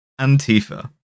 Antifa